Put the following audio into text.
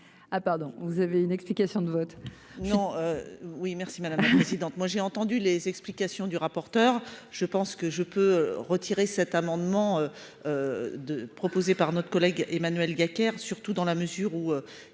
ah pardon, vous avez une explication de vote.